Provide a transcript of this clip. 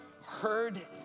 heard